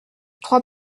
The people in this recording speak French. trois